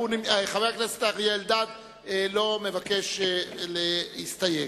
חבר הכנסת אריה אלדד לא מבקש להסתייג.